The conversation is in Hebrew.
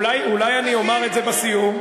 אולי אני אומר את זה בסיום?